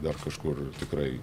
dar kažkur tikrai